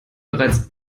bereits